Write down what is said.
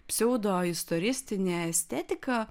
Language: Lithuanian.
pseudoistoristinė estetika